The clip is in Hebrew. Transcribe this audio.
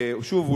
שוב,